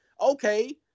Okay